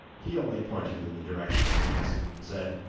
he only pointed in the direction of the castle, and said,